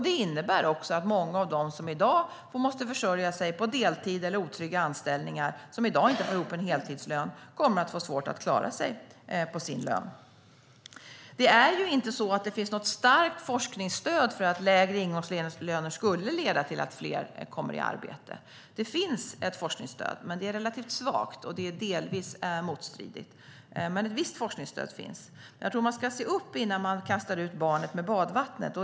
Det innebär att många av dem som i dag måste försörja sig på deltid eller otrygga anställningar och inte får ihop en heltidslön kommer att få svårt att klara sig på sin lön. Det finns inte något starkt forskningsstöd för att lägre ingångslöner skulle leda till att fler kommer i arbete. Det finns ett forskningsstöd. Det är relativt svagt, och det är delvis motstridigt. Men ett visst forskningsstöd finns. Jag tror att man ska se upp innan man kastar ut barnet med badvattnet.